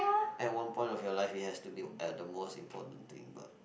at one point of your life it has to be at the most important thing but